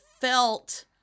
felt